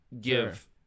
give